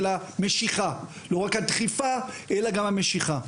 לא רק הדחיפה, אלא גם המשיכה.